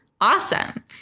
awesome